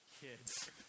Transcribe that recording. kids